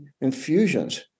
infusions